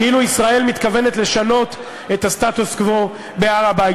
כאילו ישראל מתכוונת לשנות את הסטטוס-קוו בהר-הבית.